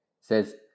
says